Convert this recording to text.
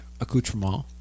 accoutrement